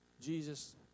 Jesus